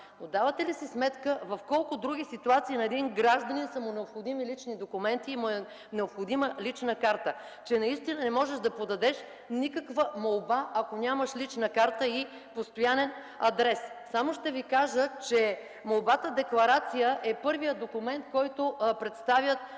Но давате ли си сметка в колко други ситуации на един гражданин са му необходими лични документи и му е необходима лична карта? Не можеш да подадеш никаква молба, ако нямаш лична карта и постоянен адрес. Само ще кажа, че молбата-декларация е първият документ, който представят